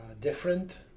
different